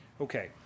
Okay